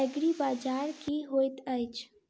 एग्रीबाजार की होइत अछि?